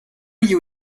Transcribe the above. you